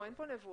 אין כאן נבואה.